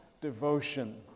devotion